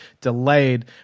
delayed